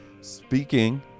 Speaking